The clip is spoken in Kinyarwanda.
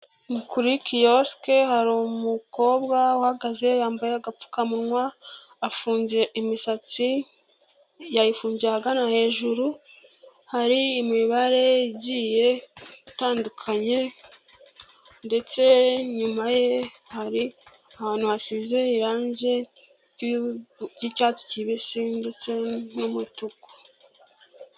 Ni kuri kiyosike hari umukobwa uhagaze yambaye agapfukamunwa, afunze imisatsi, yayifungiye ahagana hejuru, hari imibare igiye itandukanye, ndetse inyuma ye hari ahantu hasize irangi ry'icyatsi kibisi ndetse n'umutuku.